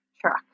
truck